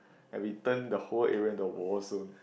like we turn the whole area into a warzone